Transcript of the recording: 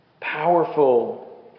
powerful